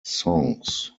songs